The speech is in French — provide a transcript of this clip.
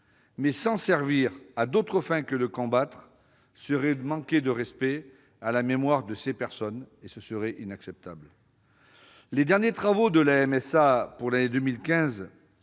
mais s'en servir à d'autres fins que son élimination serait manquer de respect à la mémoire de ces personnes. Ce serait inacceptable. Les derniers travaux de la MSA pour l'année 2015